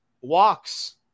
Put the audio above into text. walks